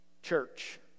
church